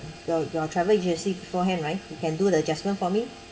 your your travel agency beforehand right you can do the adjustment for me